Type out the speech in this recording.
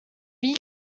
wie